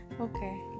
Okay